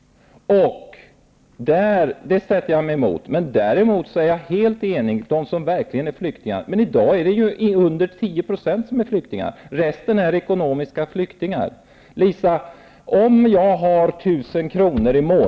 Det sätter jag mig emot. Däremot håller jag helt med om det som sägs om dem som verkligen är flyktingar. Men i dag är det under 10 % som är flyktingar. Resten kommer hit av ekonomiska skäl.